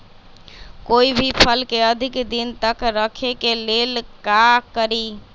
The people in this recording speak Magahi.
कोई भी फल के अधिक दिन तक रखे के ले ल का करी?